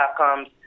outcomes